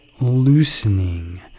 loosening